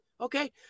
Okay